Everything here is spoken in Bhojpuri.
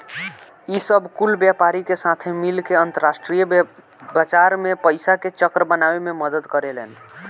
ई सब कुल व्यापारी के साथे मिल के अंतरास्ट्रीय बाजार मे पइसा के चक्र बनावे मे मदद करेलेन